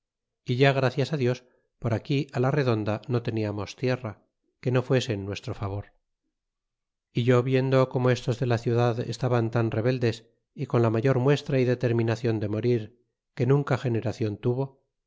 y ya gracias dios por aqui la redonda no tentamos tierra que no fuese en nuestro favor y yo viendo corno estos de la ciudad esta bau tan rebela s y con la mayor muestra y determinscion de morir que nunca generacion tuso